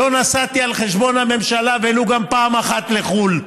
לא נסעתי על חשבון הממשלה ולו פעם אחת לחו"ל.